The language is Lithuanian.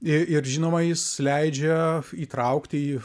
ir žinoma jis leidžia įtraukti į